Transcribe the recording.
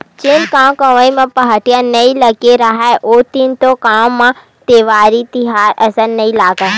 जेन गाँव गंवई म पहाटिया नइ लगे राहय ओ दिन तो गाँव म देवारी तिहार असन नइ लगय,